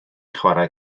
chwarae